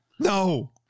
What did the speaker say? No